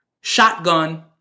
shotgun